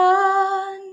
one